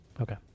Okay